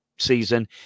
season